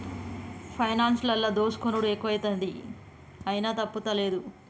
పైనాన్సులల్ల దోసుకునుడు ఎక్కువైతంది, అయినా తప్పుతలేదు